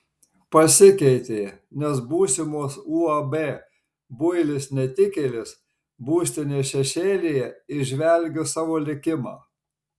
pasikeitė nes būsimos uab builis netikėlis būstinės šešėlyje įžvelgiu savo likimą